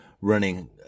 running